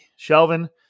Shelvin